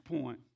point